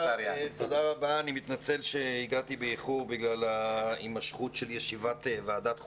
אני מתנצל שהגעתי באיחור בגלל הימשכות ישיבת ועדת החוקה.